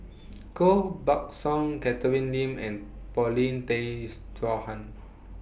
Koh Buck Song Catherine Lim and Paulin Tay Straughan